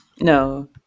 No